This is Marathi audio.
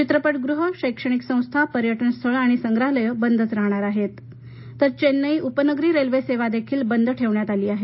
चित्रपटगृहे शैक्षणिक संस्था पर्यटन स्थळे आणि संग्रहालय बंदच राहणार आहेत तर चेन्नई उपनगरी रेल्वे सेवादेखील बंद ठेवण्यात आली आहे